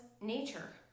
Nature